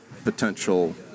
Potential